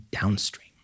downstream